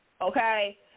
okay